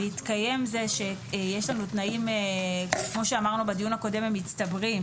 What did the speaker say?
בהתקיים זה שיש לנו תנאים שכמו שאמרנו בדיון הקודם הם מצטברים,